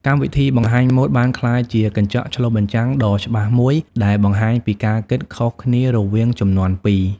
កម្មវិធីបង្ហាញម៉ូដបានក្លាយជាកញ្ចក់ឆ្លុះបញ្ចាំងដ៏ច្បាស់មួយ ដែលបង្ហាញពីការគិតខុសគ្នារវាងជំនាន់ពីរ។